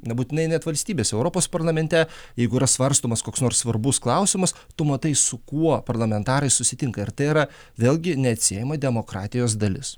nebūtinai net valstybėse europos parlamente jeigu yra svarstomas koks nors svarbus klausimas tu matai su kuo parlamentarai susitinka ir tai yra vėlgi neatsiejama demokratijos dalis